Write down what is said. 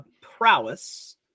prowess